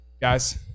guys